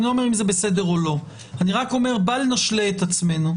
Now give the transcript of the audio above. מאז היינו בדין ודברים עם משרד המשפטים והונחו התקנות כפי שהונחו.